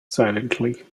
silently